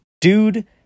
Dude